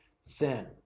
sin